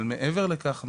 אבל מעבר לכך,